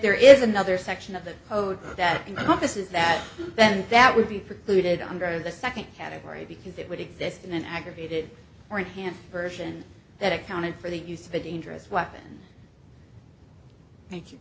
there is another section of the code that encompasses that then that would be precluded under the second category because it would exist in an aggravated or enhanced version that accounted for the use of a dangerous weapon thank you